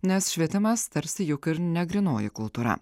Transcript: nes švietimas tarsi juk ir ne grynoji kultūra